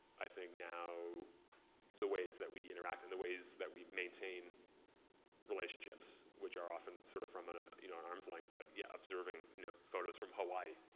i think, now the ways that we interact and the ways that we maintain relationships, which are often sort of from an you know an arm's length. but yeah, observing you know photos from hawaii,